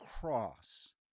Cross